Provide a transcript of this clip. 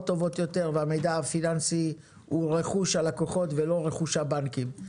טובות יותר והמידע הפיננסי הוא רכוש הלקוחות ולא רכוש הבנקים.